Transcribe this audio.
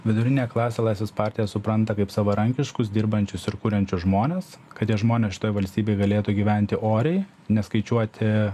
vidurinę klasę laisvės partija supranta kaip savarankiškus dirbančius ir kuriančius žmones kad tie žmonės šitoj valstybėj galėtų gyventi oriai neskaičiuoti